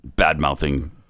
bad-mouthing